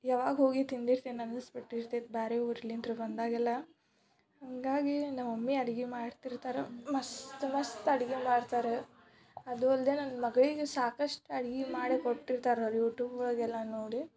ಯಾವಾಗ ಹೋಗಿ ತಿಂದಿರ್ತೀನಿ ಅನ್ನಿಸ್ಬಿಟ್ಟಿರ್ತೈತೆ ಬೇರೆ ಊರ್ಲಿಂದ್ ಬಂದಾಗೆಲ್ಲ ಹಾಗಾಗಿ ನಮ್ಮ ಮಮ್ಮಿ ಅಡಿಗೆ ಮಾಡ್ತಿರ್ತಾರೆ ಮಸ್ತ್ ಮಸ್ತ್ ಅಡುಗೆ ಮಾಡ್ತಾರೆ ಅದೂ ಅಲ್ಲದೆ ನನ್ನ ಮಗಳಿಗೂ ಸಾಕಷ್ಟು ಅಡಿಗೆ ಮಾಡಿ ಕೊಟ್ಟಿರ್ತಾರೆ ಯೂಟ್ಯೂಬ್ ಒಳಗೆಲ್ಲ ನೋಡಿ